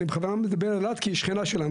אני בכוונה מדבר על אלעד כי היא שכנה שלנו